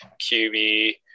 QB